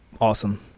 awesome